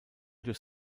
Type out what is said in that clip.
durch